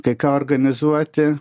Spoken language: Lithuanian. kai ką organizuoti